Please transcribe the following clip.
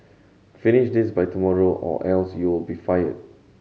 finish this by tomorrow or else you'll be fired